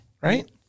right